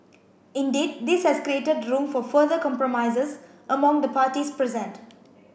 indeed this has created room for further compromises among the parties present